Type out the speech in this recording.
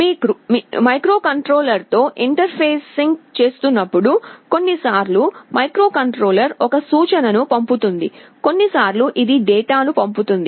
మీరు మైక్రోకంట్రోలర్తో ఇంటర్ఫేసింగ్ చేస్తున్నప్పుడు కొన్నిసార్లు మైక్రోకంట్రోలర్ ఒక సూచనను పంపుతుంది కొన్నిసార్లు ఇది డేటాను పంపుతుంది